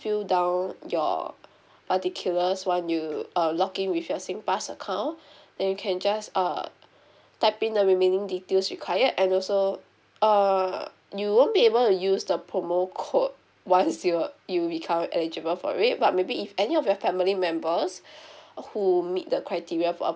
fill you down your particulars once you a log in with your Singpass account then you can just err type in the remaining details required and also err you won't be able to use the promo code once you uh you become eligible for it but maybe if any of your family members or who meet the criteria for